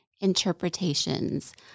interpretations